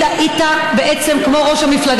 ההצעה להעביר את הצעת חוק רישוי שירותים